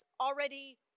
already